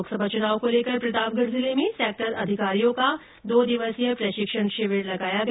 लोकसभा चुनाव को लेकर प्रतापगढ़ जिले में सेक्टर अधिकारियों का दो दिवसीय प्रशिक्षण शिविर लगाया गया